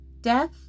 Death